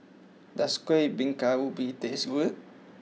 does Kueh Bingka Ubi taste good